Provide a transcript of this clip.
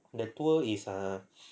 the tour is ah